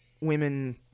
women